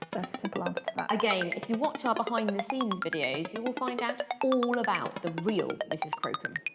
a simple answer to that. again, if you watch our behind the scenes videos you will find out all about the real mrs crocombe.